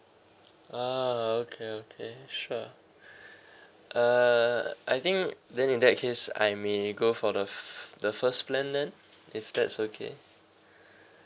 uh okay okay sure err I think then in that case I may go for the of the first plan then if that's okay